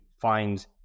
find